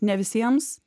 ne visiems